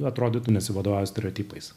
atrodytų nesivadovauja stereotipais